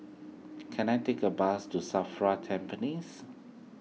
can I take a bus to Safra Tampines